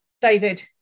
David